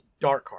Darkheart